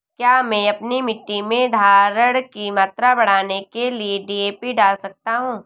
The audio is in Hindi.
क्या मैं अपनी मिट्टी में धारण की मात्रा बढ़ाने के लिए डी.ए.पी डाल सकता हूँ?